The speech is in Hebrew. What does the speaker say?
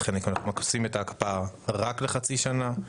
ולכן אנחנו עושים את ההקפאה רק לחצי שנה.